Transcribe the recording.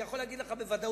אני יכול להגיד לך בוודאות,